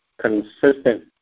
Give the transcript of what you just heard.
consistent